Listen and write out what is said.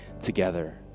together